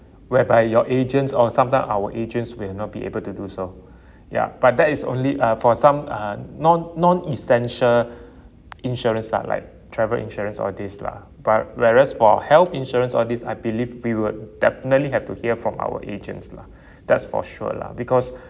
whereby your agents or sometimes our agents will not be able to do so ya but that is only uh for some uh non non essential insurance lah like travel insurance all this lah but whereas for health insurance all this I believe we would definitely have to hear from our agents lah that's for sure lah because